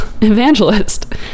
evangelist